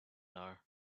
know